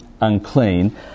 unclean